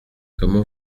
comment